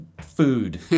food